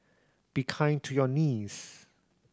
be kind to your knees